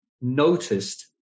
noticed